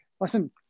listen